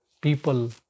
people